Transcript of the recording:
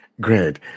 Great